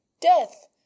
death